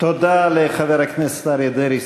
תודה לחבר הכנסת אריה דרעי,